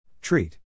Treat